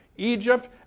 Egypt